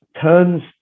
turns